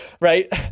right